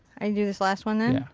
i can do this last one then. yeah.